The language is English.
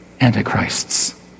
Antichrists